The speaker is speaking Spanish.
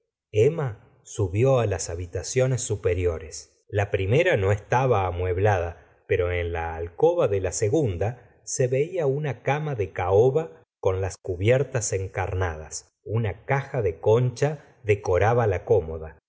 emma subió las habitaciones superiores la tomo i gustavo flaubert primera no estaba amueblada pero en la alcoba de la segunda se veía una cama de caoba con las cubiertas encarnadas una caja de concha decoraba la cómoda